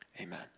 Amen